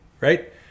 right